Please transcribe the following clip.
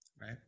Right